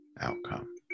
outcome